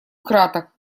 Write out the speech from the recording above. краток